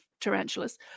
tarantulas